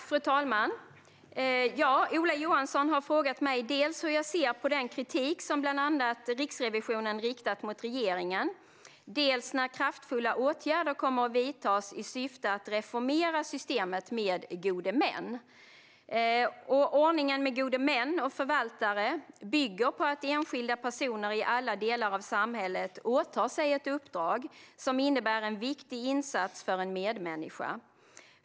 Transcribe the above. Fru talman! Ola Johansson har frågat mig dels hur jag ser på den kritik som bland andra Riksrevisionen har riktat mot regeringen, dels när kraftfulla åtgärder kommer att vidtas i syfte att reformera systemet med gode män. Ordningen med gode män och förvaltare bygger på att enskilda personer i alla delar av samhället åtar sig ett uppdrag som innebär en viktig insats för en medmänniska.